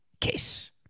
case